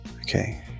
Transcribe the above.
okay